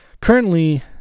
currently